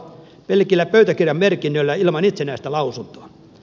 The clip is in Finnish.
pelkillä pöytäkirjamerkinnöillä ilman itsenäistä lausuntoa